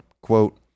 Quote